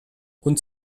und